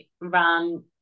ran